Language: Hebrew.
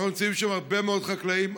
נמצאים שם הרבה מאוד חקלאים,